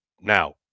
Now